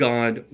God